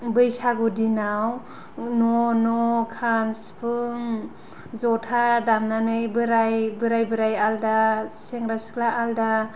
बैसागु दिनाव न' न' खाम सिफुं जथा दामनानै बोराइ बोराइ बोराइ आलादा सेंग्रा सिख्ला आलादा